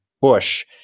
bush